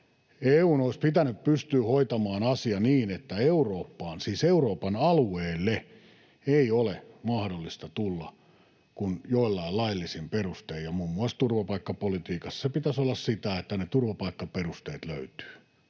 EU:n olisi pitänyt pystyä hoitamaan asia niin, että Eurooppaan, siis Euroopan alueelle, ei ole mahdollista tulla kuin joillain laillisin perustein. Ja turvapaikkapolitiikassa sen pitäisi olla muun muassa sitä, että ne turvapaikkaperusteet löytyvät.